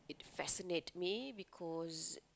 it fascinate me because